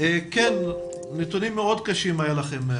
היו לכם נתונים מאוד קשים.